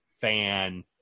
fan